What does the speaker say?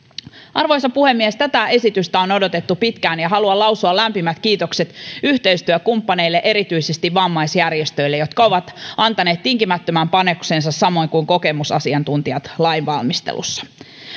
arvoisa puhemies tätä esitystä on odotettu pitkään ja haluan lausua lämpimät kiitokset yhteistyökumppaneille erityisesti vammaisjärjestöille jotka ovat antaneet tinkimättömän panoksensa samoin kuin kokemusasiantuntijat lain valmistelussa